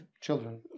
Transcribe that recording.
children